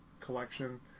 collection